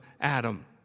Adam